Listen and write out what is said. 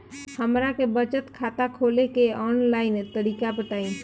हमरा के बचत खाता खोले के आन लाइन तरीका बताईं?